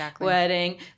wedding